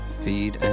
feed